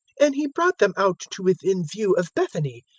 and he brought them out to within view of bethany,